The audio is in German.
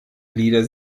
lieder